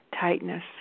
tightness